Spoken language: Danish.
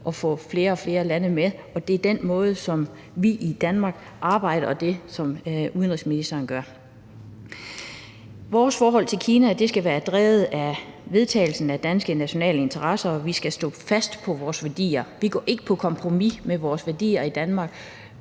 at få flere og flere lande med. Det er den måde, som vi arbejder på i Danmark, og det er det, udenrigsministeren gør. Vores forhold til Kina skal være drevet af vedtagelsen af danske nationale interesser, og vi skal stå fast på vores værdier. Vi går ikke på kompromis med vores værdier i Danmark.